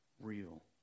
real